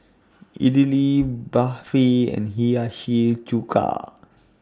Idili Barfi and Hiyashi Chuka